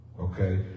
Okay